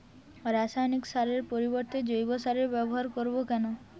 রাসায়নিক সারের পরিবর্তে জৈব সারের ব্যবহার করব কেন?